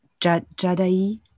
Jada'i